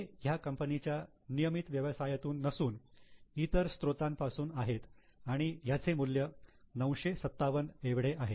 हे ह्या कंपनीच्या नियमित व्यवसायातून नसून इतर स्त्रोतांपासून आहेत आणि याचे मूल्य 957 एवढे आहे